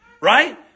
Right